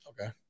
okay